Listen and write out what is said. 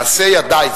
מעשה ידי,